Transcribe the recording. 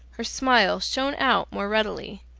her smile shone out more readily,